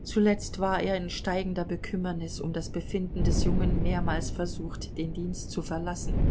zuletzt war er in steigender bekümmernis um das befinden des jungen mehrmals versucht den dienst zu verlassen